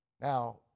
Now